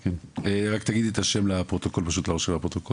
בבקשה.